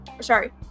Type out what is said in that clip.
sorry